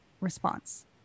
response